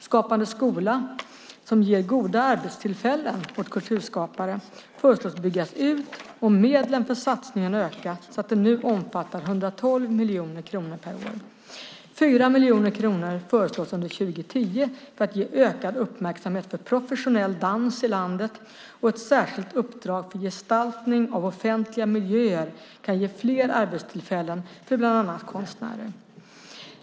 Skapande skola, som ger goda arbetstillfällen åt kulturskapare, föreslås byggas ut och medlen för satsningen ökas så att den omfattar 112 miljoner kronor per år. 4 miljoner kronor föreslås under 2010 för att ge ökad uppmärksamhet för professionell dans i landet. Ett särskilt uppdrag för gestaltning av offentliga miljöer kan ge fler arbetstillfällen för bland annat konstnärer.